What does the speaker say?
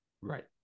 Right